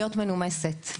מנומסת.